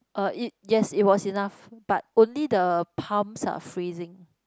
uh it yes it was enough but only the palms are freezing